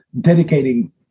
dedicating